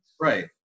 Right